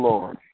Lord